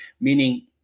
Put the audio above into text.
meaning